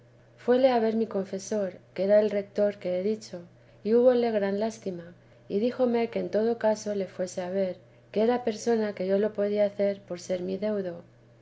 fuéle a ver mi confesor que era el retor que he dicho y húbole gran lástima y díjome que en todo caso le fuese a ver que era persona que yo lo podía hacer por ser mi deudo